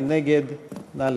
מי נגד?